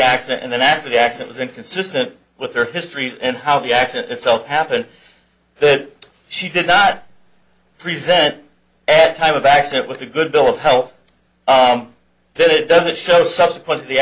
accident and then after the accident is inconsistent with her history and how the accident itself happened that she did not present a type of accident with a good bill of health that it doesn't show subsequent